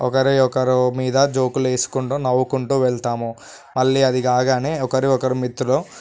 ఒకరికొకరి మీద జోకులు వేసుకుంటూ నవ్వుకుంటూ వెళ్తాము మళ్ళీ అది కాగానే ఒకరినొకరు మిత్రులు